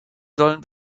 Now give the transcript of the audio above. sollen